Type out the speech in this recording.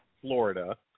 Florida